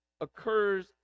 occurs